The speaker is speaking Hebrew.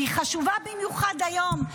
והיא חשובה במיוחד היום,